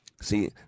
See